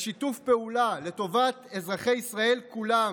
בשיתוף פעולה, לטובת אזרחי ישראל כולם,